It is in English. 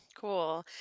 Cool